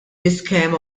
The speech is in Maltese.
iskema